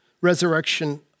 resurrection